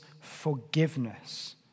forgiveness